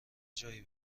جایی